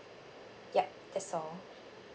yup that's all